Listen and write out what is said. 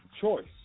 choice